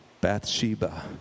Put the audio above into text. Bathsheba